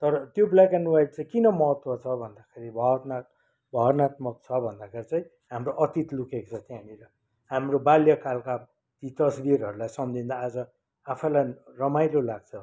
तर त्यो black and white चाहिँ कुन महत्त्व छ भन्दाखेरि भावात्माक भावानात्मक छ भन्दाखेरि चाहिँ हाम्रो अतीत लुकेको छ त्यहाँनिर हाम्रो बाल्यकालका यी तस्बिरहरूलाई सम्झिँदा आज आफैलाई रमाइलो लाग्छ